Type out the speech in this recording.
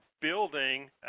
building